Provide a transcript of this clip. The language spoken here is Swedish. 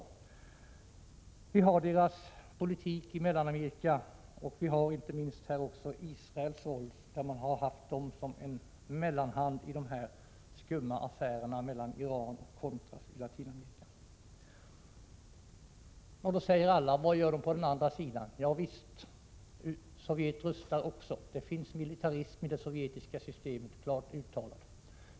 Visser USA:s politik i Mellanamerika och Israels roll, Israel som har varit mellanhand i de skumma affärerna mellan Iran och contras i Latinamerika. Nu säger alla: Vad gör de på den andra sidan då? Ja visst, Sovjet rustar också. Det finns en klart uttalad militarism också i det sovjetiska systemet.